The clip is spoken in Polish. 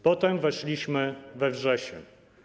Potem weszliśmy we wrzesień.